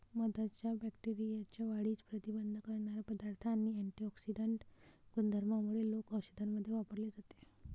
मधाच्या बॅक्टेरियाच्या वाढीस प्रतिबंध करणारा पदार्थ आणि अँटिऑक्सिडेंट गुणधर्मांमुळे लोक औषधांमध्ये वापरले जाते